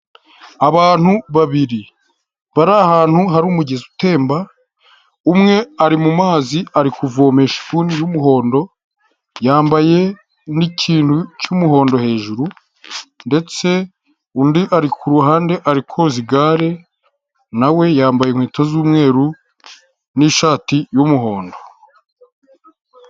Abantu babiri bari ahantu hari umugezi utemba, umwe ari mu mazi ari kuvomesha ibuni y'umuhondo, yambaye n'ikintu cy'umuhondo hejuru ndetse undi ari ku ruhande ari koza igare nawe yambaye inkweto z'umweru n'ishati y'umuhondo.